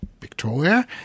Victoria